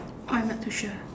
I'm not too sure